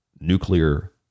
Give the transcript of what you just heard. nuclear